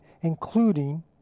including